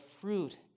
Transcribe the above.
fruit